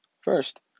First